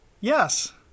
Yes